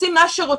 עושים מה שרוצים.